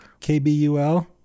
KBUL